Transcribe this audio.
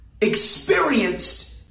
experienced